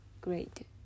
Great